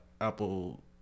Apple